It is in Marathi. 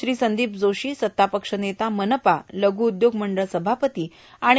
श्री संदिपजी जोशी सत्तापक्षा नेता मनपा लघु उद्योग मंडळ सभापती आणि मा